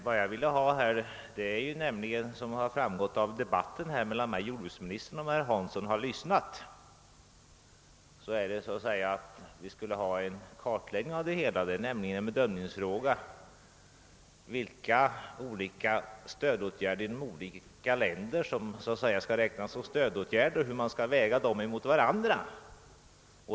Vad jag ville ha fram — vilket framgått av debatten mellan jordbruksministern och mig, men herr Hansson lyssnade kanske inte till den — är en kartläggning av det hela. Det är nämligen en bedömningsfråga vilka olika åtgärder inom respektive länder som skall räknas som stödåtgärder och hur de skall vägas mot varandra.